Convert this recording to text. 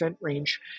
range